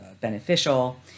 beneficial